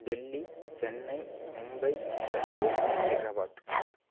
Delhi Chennai Mumbai Bangalore Hyderabad